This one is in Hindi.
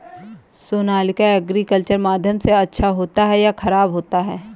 सोनालिका एग्रीकल्चर माध्यम से अच्छा होता है या ख़राब होता है?